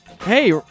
hey